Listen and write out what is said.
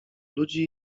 ludzi